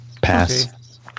Pass